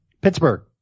Pittsburgh